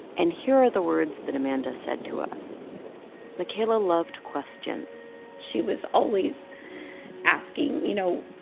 and here are the words that amanda said to us makayla loved questions she was always asking, you know,